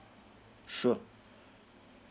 sure